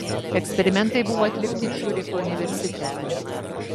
eksperimentai buvo atlikti ciuricho universitete